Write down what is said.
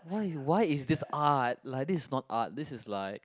why why is this art like this is not art this is like